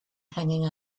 hanging